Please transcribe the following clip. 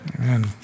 Amen